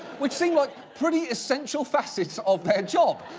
which seem like pretty essential facets of their job.